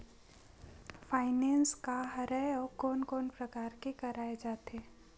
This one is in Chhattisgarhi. फाइनेंस का हरय आऊ कोन कोन प्रकार ले कराये जाथे?